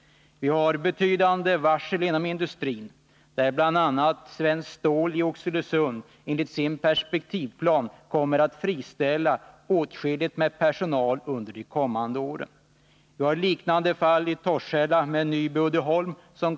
Vi har betydande varsel inom industrin. Svenskt stål i Oxelösund kommer enligt sin perspektivplan att friställa åtskilligt med personal under de kommande åren. Vi har liknande fall i Torshälla med Nyby/Uddeholm.